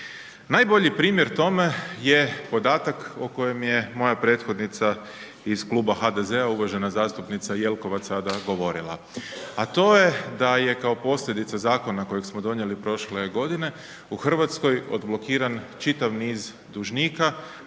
Najbolji primjer tome je podatak o kojem je moja prethodnica iz kluba HDZ-a uvažena zastupnica Jelkovac govorila a to je da kao posljedica zakona kojeg smo donijeli prošle godine, u Hrvatskoj odblokiran čitav niz dužnika,